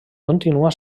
continua